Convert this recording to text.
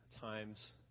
times